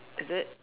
is it